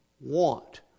want